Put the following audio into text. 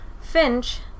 Finch